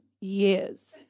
years